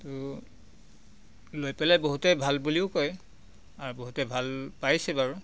ত' লৈ পেলাই বহুতে ভাল বুলিও কয় আৰু বহুতে ভাল পাইছে বাৰু